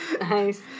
Nice